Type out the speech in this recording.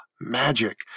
magic